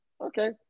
Okay